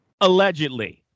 Allegedly